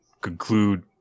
conclude